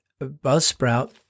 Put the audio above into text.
Buzzsprout